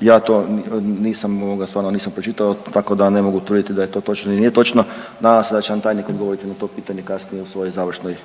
ja to nisam ovoga stvarno nisam pročitao tako da ne mogu tvrditi da je to točno ili nije točno, nadam se da će nam tajnik odgovoriti na to pitanje kasnije u svojoj završnoj,